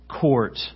court